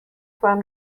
from